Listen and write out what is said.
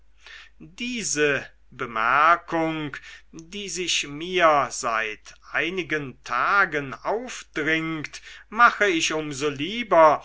diese bemerkung die sich mir seit einigen tagen aufdringt mache ich um so lieber